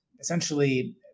essentially